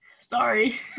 sorry